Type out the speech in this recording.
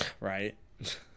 Right